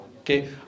Okay